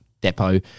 depot